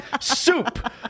soup